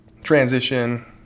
transition